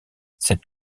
cette